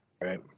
right